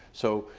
so,